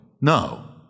No